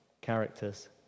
characters